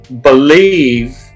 believe